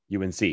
UNC